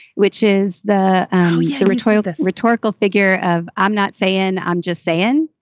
which is the the recoil, the rhetorical figure of. i'm not saying, i'm just saying,